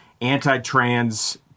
anti-trans